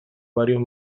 varios